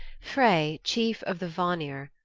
frey, chief of the vanir,